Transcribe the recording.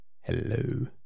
hello